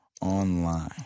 online